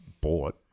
bought